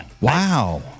Wow